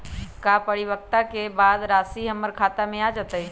का परिपक्वता के बाद राशि हमर खाता में आ जतई?